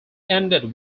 ended